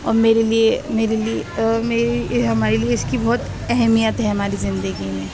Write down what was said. اور میرے لیے میرے لیے ہمارے لیے اس کی بہت اہمیت ہے ہماری زندگی میں